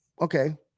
okay